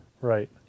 Right